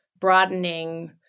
broadening